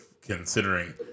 considering